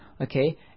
okay